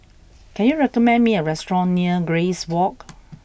can you recommend me a restaurant near Grace Walk